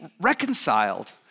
reconciled